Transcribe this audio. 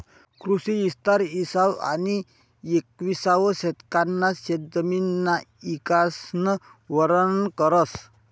कृषी इस्तार इसावं आनी येकविसावं शतकना शेतजमिनना इकासन वरनन करस